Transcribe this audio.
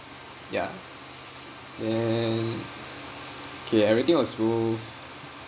ya then K everything was smooth